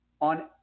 On